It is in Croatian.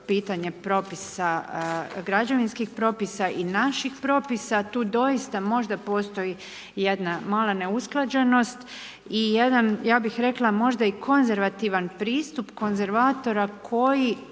pitanje građevinskih propisa i naših propisa. Tu doista možda postoji jedna mala neusklađenost i jedan, ja bih rekla možda i konzervativan pristup konzervatora koji